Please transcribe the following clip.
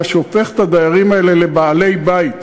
מה שהופך את הדיירים האלה לבעלי-בית,